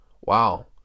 Wow